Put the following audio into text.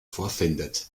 vorfindet